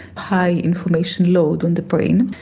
high information load on the brain,